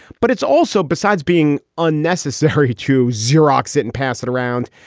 but it's also besides being unnecessary to xerox it and pass it around.